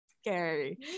scary